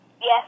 Yes